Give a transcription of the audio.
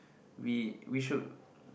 we we should